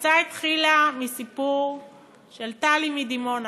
ההצעה התחילה מסיפור של טלי מדימונה,